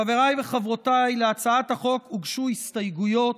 חבריי וחברותיי, להצעת החוק הוגשו הסתייגויות.